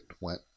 went